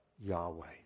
Yahweh